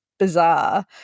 bizarre